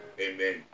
Amen